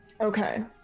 Okay